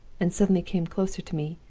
and suddenly came closer to me,